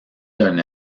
d’un